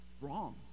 wrong